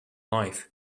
life